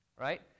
right